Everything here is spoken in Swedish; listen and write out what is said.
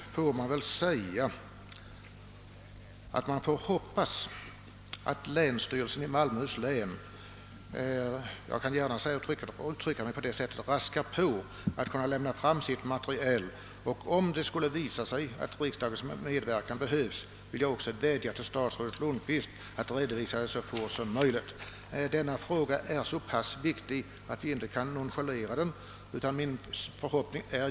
Jag hoppas att länsstyrelsen i Malmöhus län raskar på med att lägga fram sitt material. Och om det skulle visa sig att riksdagens medverkan behövs, vädjar jag till statsrådet Lundkvist att han redovisar ärendet så fort som möjligt. Denna sak är så viktig att vi inte kan nonchalera den.